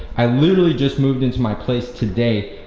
i literally just moved into my place today.